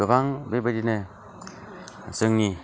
गोबां बेबादिनो जोंनि